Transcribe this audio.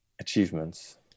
Achievements